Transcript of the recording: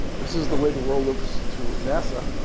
this is the way the world looks to nasa.